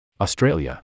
Australia